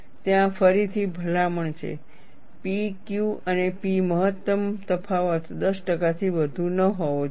ત્યાં ફરીથી ભલામણ છે P Q અને P મહત્તમ તફાવત 10 ટકાથી વધુ ન હોવો જોઈએ